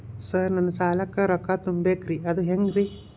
Sir ನನ್ನ ಸಾಲಕ್ಕ ರೊಕ್ಕ ತುಂಬೇಕ್ರಿ ಅದು ಹೆಂಗ್ರಿ?